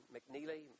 McNeely